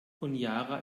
honiara